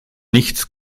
nichts